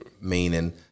Meaning